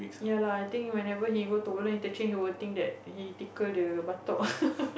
ya lah I think whenever he go to Woodland Interchange he will think that he tickle the buttock